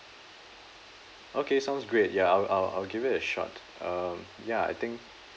okay sounds great ya I'll I'll I'll give it a shot um ya I think